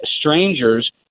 strangers